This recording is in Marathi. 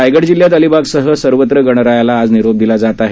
रायगड जिल्ह्यात अलिबागसह सर्वत्र गणरायाला आज निरोप दिला जात आहे